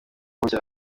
bucya